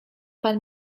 pan